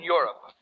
Europe